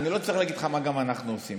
אני לא צריך להגיד לך מה גם אנחנו עושים,